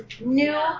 new